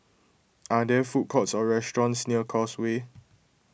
are there food courts or restaurants near Causeway